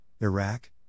Iraq